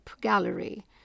Gallery